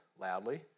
loudly